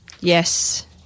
Yes